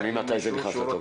וממתי זה נכנס לתוקף?